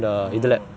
oh